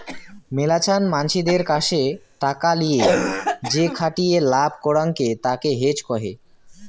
মেলাছান মানসিদের কাসে টাকা লিয়ে যেখাটিয়ে লাভ করাঙকে তাকে হেজ কহে